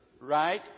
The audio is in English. right